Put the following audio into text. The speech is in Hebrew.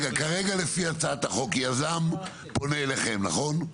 רגע, כרגע לפי הצעת החוק, יזם פונה אליכם, נכון?